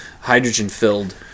hydrogen-filled